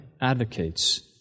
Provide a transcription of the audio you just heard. advocates